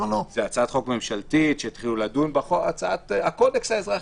זו הצעת חוק ממשלתית שהתחילו לדון בה: הקודקס האזרחי.